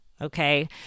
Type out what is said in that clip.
okay